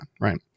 right